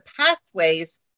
pathways